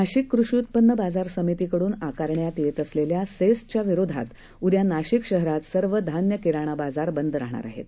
नाशिककृषीउत्पन्नबाजारसमितीकडूनआकारण्यातयेतअसलेल्यासेसच्याविरोधातउ द्यानाशिकशहरातसर्वधान्यकिराणाबाजारबंदराहणारआहेत